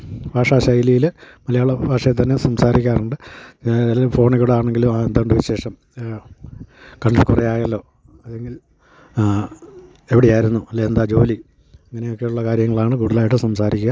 ഭാഷ ശൈലിയിൽ മലയാളഭാഷയിൽ തന്നെ സംസാരിക്കാറുണ്ട് അല്ലെ ഫോണിൽ കൂടെ ആണെങ്കിലും ആ എന്തുണ്ട് വിശേഷം കണ്ടിട്ട് കുറേ ആയല്ലോ അല്ലെങ്കിൽ എവിടെ ആയിരുന്നു അല്ലെ എന്താണ് ജോലി ഇങ്ങനെയൊക്കെയുള്ള കാര്യങ്ങളാണ് കൂടുതാലായിട്ടും സംസാരിക്കുക